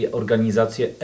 organizację